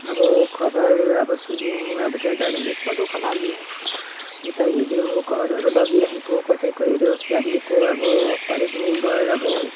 अब खबर अब सुन्यौँ अब त्यहाँ जाँदाखेरि यस्तो दुःख लाग्यो यता हेर्यो घरहरू लगिरहेको कसैको हेर्यो फ्यमिलीको अब हरएक मेम्बर अब